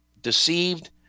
deceived